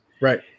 right